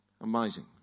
Amazing